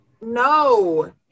No